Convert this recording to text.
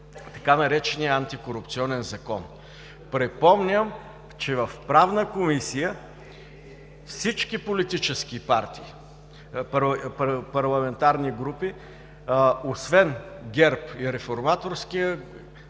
тъй нареченият „Антикорупционен закон“. Припомням, че в Правната комисия всички политически партии и парламентарни групи освен ГЕРБ и „Реформаторския